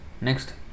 next